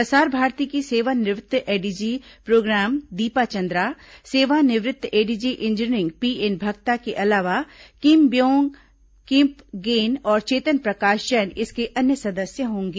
प्रसार भारती की सेवानिवृत्त एडीजी प्रोग्राम दीपा चंद्रा सेवानिवृत्त एडीजी इंजीनियरिंग पीएन भाक्ता के अलावा किमब्योंग किपगेन और चेतन प्रकाश जैन इसके अन्य सदस्य होंगे